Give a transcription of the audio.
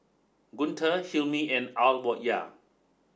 Guntur Hilmi and Alya